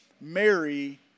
Mary